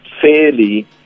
fairly